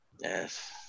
Yes